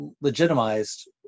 legitimized